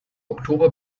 oktober